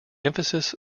emphasis